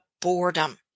boredom